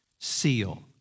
seal